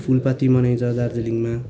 फुलपाती मनाइन्छ दार्जिलिङमा